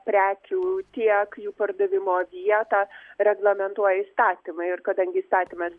prekių tiek jų pardavimo vietą reglamentuoja įstatymai ir kadangi įstatymas